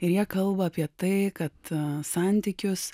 ir jie kalba apie tai kad santykius